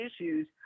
issues